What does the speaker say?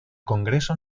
congreso